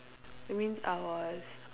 that means I was